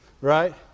right